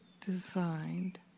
designed